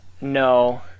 No